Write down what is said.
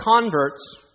converts